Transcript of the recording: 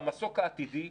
והמסוק העתידי,